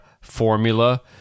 formula